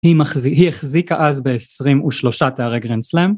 היא החזיקה אז ב-23 תארי גרנדסלאם.